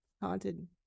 haunted